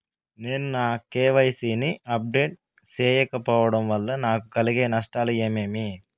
నేను నా కె.వై.సి ని అప్డేట్ సేయకపోవడం వల్ల నాకు కలిగే నష్టాలు ఏమేమీ?